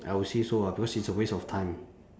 I will say so ah because it's a waste of time